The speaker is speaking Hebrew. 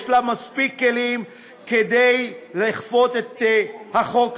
יש לה מספיק כלים לכפות את החוק הזה.